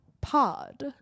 pod